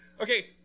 okay